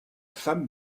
femme